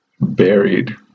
buried